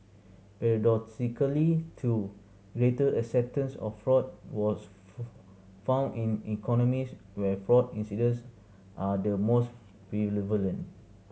paradoxically too greater acceptance of fraud was found in economies where fraud incidents are the most